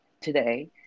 today